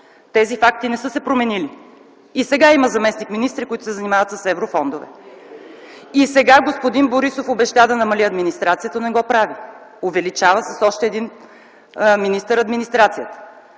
Тези факти не са се променили. И сега има заместник-министри, които се занимават с еврофондовете. И сега господин Борисов обеща да намали администрацията, но не го прави – увеличава я с още един министър.